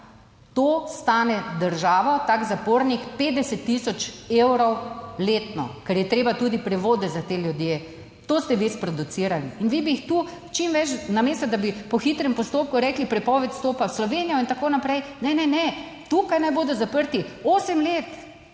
To stane državo, tak zapornik 50 tisoč evrov letno, ker je treba tudi prevode za te ljudi, to ste vi sproducirali. In vi bi jih tu čim več, namesto da bi po hitrem postopku rekli, prepoved vstopa v Slovenijo in tako naprej, ne, ne, ne, tukaj naj bodo zaprti osem